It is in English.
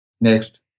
Next